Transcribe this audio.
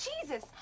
Jesus